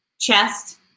Chest